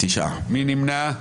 מי נמנע?